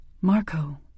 Marco